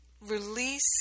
release